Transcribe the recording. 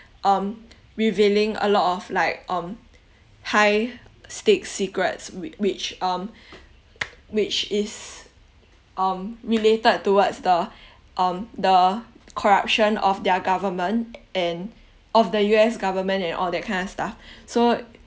um revealing a lot of like um high stakes secrets with which um which is um related towards the um the corruption of their government and of the U_S government and all that kind of stuff so